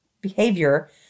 behavior